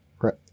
right